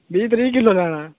बीह् त्रीह् किल्लो लैना ऐ